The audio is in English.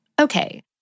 okay